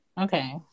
Okay